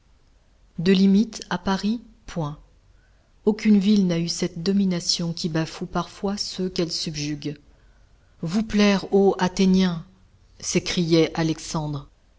de limite à paris point aucune ville n'a eu cette domination qui bafoue parfois ceux qu'elle subjugue vous plaire ô athéniens s'écriait alexandre